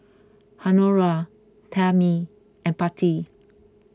Honora Tammy and Patti